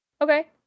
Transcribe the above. Okay